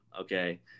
Okay